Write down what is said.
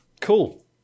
Cool